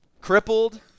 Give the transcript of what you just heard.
crippled